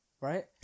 Right